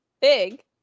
Big